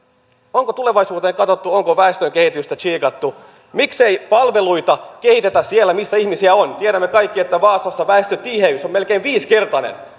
onko tulevaisuuteen katsottu onko väestönkehitystä tsiigattu miksei palveluita kehitetä siellä missä ihmisiä on tiedämme kaikki että vaasassa väestötiheys on melkein viisinkertainen